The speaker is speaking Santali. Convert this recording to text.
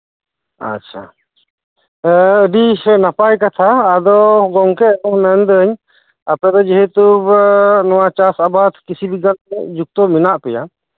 ᱟᱪᱷᱟ ᱟᱹᱰᱤ ᱱᱟᱯᱟᱭ ᱠᱟᱛᱷᱟ ᱟᱫᱚ ᱜᱚᱝᱠᱮ ᱢᱮᱱᱫᱟᱹᱧ ᱟᱯᱮᱫᱚ ᱡᱮᱦᱮᱛᱩ ᱯᱮ ᱱᱚᱣᱟ ᱪᱟᱥ ᱟᱵᱟᱫ ᱠᱤᱥᱤ ᱵᱤᱜᱜᱟᱱ ᱥᱟᱛᱮᱜ ᱡᱩᱠᱛᱚ ᱢᱮᱱᱟᱜ ᱯᱮᱭᱟ